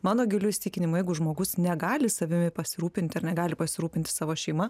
mano giliu įsitikinimu jeigu žmogus negali savimi pasirūpinti ar negali pasirūpinti savo šeima